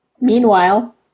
Meanwhile